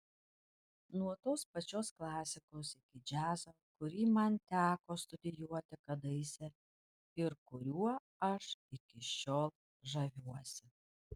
nuo tos pačios klasikos iki džiazo kurį man teko studijuoti kadaise ir kuriuo aš iki šiol žaviuosi